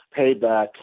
Payback